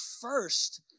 first